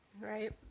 right